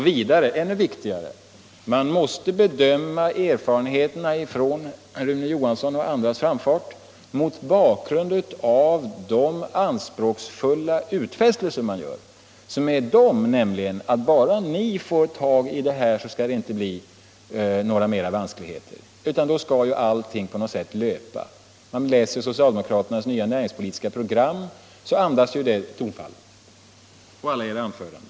Vidare, och ännu viktigare: Man måste bedöma erfarenheterna av Rune Johanssons och andras framfart mot bakgrunden av de anspråksfulla utfästelser som man gör, nämligen att bara ni på den statliga sidan får hand om det här, skall det inte bli fler vanskligheter, utan då skall allt på något sätt löpa. Socialdemokraternas nya näringspolitiska program är präglat av det tonfallet liksom alla era anföranden.